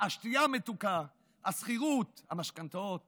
שתייה מתוקה, השכירות, המשכנתאות